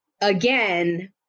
again